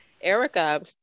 Erica